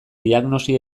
diagnosi